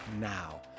now